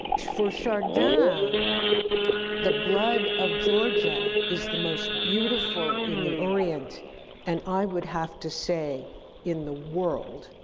for chardin, the the blood of georgia is the most beautiful in the orient and i would have to say in the world,